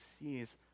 sees